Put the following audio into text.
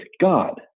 god